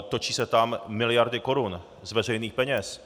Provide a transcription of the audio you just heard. Točí se tam miliardy korun z veřejných peněz.